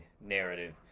narrative